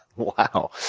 wow,